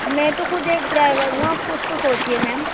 میں تو خود ایک ڈرائیور ہوں آپ کچھ تو سوچیے میم